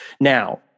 Now